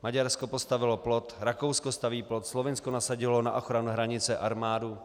Maďarsko postavilo plot, Rakousko staví plot, Slovinsko nasadilo na ochranu hranice armádu.